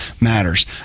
matters